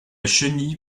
chenille